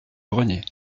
grenier